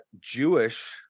Jewish